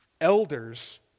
elders